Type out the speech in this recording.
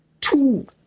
two